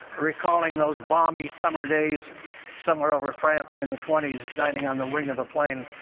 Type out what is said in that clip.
recalling those balmy summer days somewhere over france in the twenty s, dining on the wing of a plane.